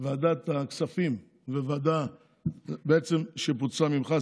ועדת הכספים וועדה שבעצם פוצלה ממך,